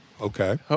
Okay